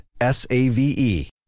S-A-V-E